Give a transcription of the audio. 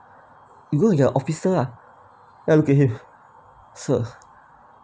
you go and get a officer ah then I look at him sir